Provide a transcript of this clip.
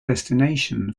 destination